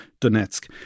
Donetsk